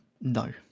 No